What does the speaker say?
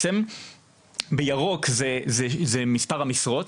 בירוק זה מספר המשרות,